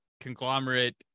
conglomerate